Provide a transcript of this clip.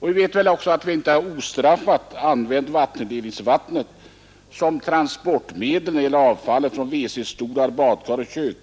Vi vet också att vi inte ostraffat kunnat använda vattnet som transportmedel för avfallet från WC-stolar, badkar och kök.